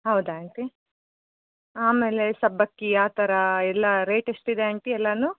ಹೌದಾ ಆಂಟಿ ಆಮೇಲೆ ಸಬ್ಬಕ್ಕಿ ಆ ಥರ ಎಲ್ಲ ರೇಟ್ ಎಷ್ಟಿದೆ ಆಂಟಿ ಎಲ್ಲನೂ